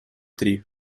три